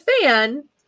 fan